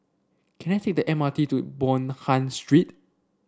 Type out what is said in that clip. can I take the M R T to Bonham Street